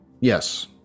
Yes